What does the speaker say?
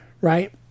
right